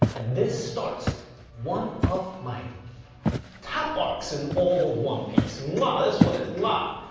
and this starts one of my top arcs in all of one piece, mwha this one is mwha,